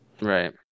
Right